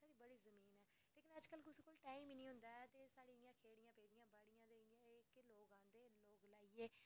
बड़ी जमीन ऐ ते अज्जकल कुसै कोल टाईम बी निं होंदा ते साढ़ियां जेह्ड़ियां खेड़ियां बाड़ियां पेदियां ते किश लोक राहंदे ते